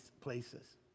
places